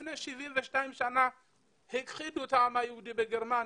לפני 72 שנים הכחידו את העם היהודי בגרמניה,